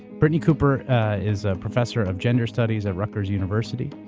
brittney cooper is a professor of gender studies at rutgers university.